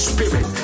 Spirit